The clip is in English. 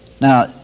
Now